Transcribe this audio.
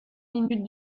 minute